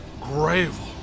gravel